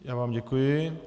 Já vám děkuji.